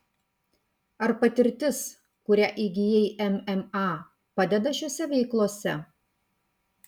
ar patirtis kurią įgijai mma padeda šiose veiklose